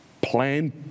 Plan